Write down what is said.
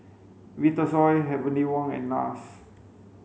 Vitasoy Heavenly Wang and NARS